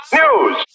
news